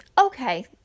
okay